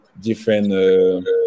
different